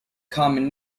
common